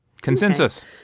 consensus